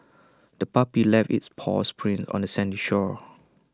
the puppy left its paw prints on the sandy shore